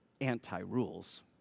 anti-rules